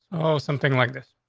oh, something like this.